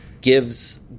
gives